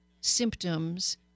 symptoms